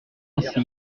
ainsi